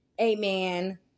Amen